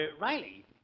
Riley